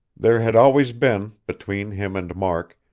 there had always been, between him and mark,